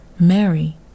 Mary